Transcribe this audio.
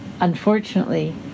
unfortunately